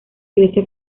iglesia